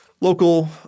local